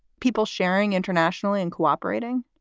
people sharing internationally and cooperating?